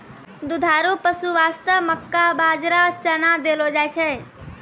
दुधारू पशु वास्तॅ मक्का, बाजरा, चना देलो जाय छै